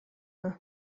nhw